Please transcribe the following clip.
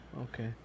Okay